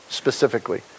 specifically